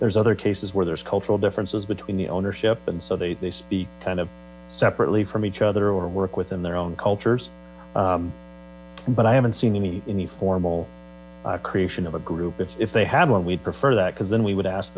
there's other cases where there's cultural differences between the ownership so that they speak kind of separately from each other or work within their own cultures but i haven't seen any any formal creation of a group if they had one we'd prefer that because then we would ask